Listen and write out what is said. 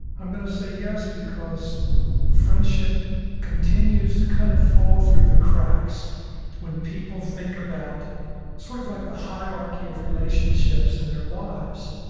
i'm going to say yes because friendship continues to kind of fall through the cracks when people think about sort of like the hierarchy of relationships in their lives.